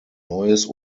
neues